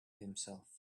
himself